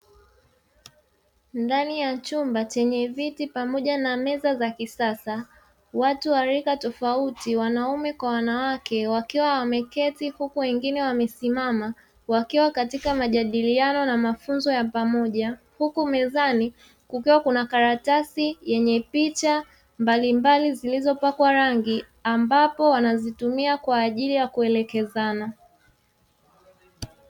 Ndani ya chumba chenye viti pamoja na meza za kisasa, watu wa rika tofauti (wanaume kwa wanawake) wakiwa wamekaa huku wengine wamesimama, wakiwa katika majadiliano na mafunzo ya pamoja; huku mezani kukiwa kuna karatasi yenye picha mbalimbali zilizopakwa rangi ambapo wanazitumia kwa ajili ya kuelekezana.